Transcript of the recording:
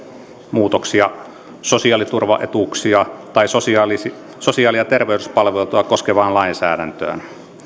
muutoksia sosiaaliturvaetuuksia tai sosiaali ja terveyspalveluita koskevaan lainsäädäntöön